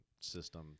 system